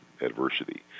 adversity